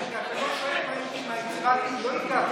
רגע, אתה לא שואל מה איתי, כמו אורלי.